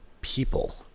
people